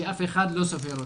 שאף אחד לא סופר אותם.